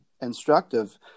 instructive